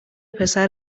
پسر